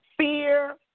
Fear